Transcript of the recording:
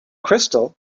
crystal